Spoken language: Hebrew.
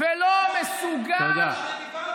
ולא מסוגל, הוא היה ב-1948?